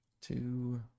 two